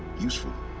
useful